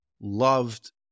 loved